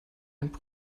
ein